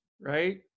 right